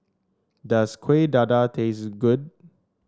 does Kueh Dadar taste good